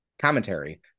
commentary